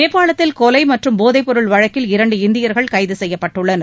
நேபாளத்தில் கொலை மற்றும் போதைப் பொருள் வழக்கில் இரண்டு இந்தியர்கள் கைது செய்யப்பட்டுள்ளனர்